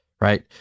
right